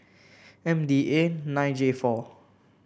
M D A nine J four